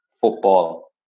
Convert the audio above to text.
football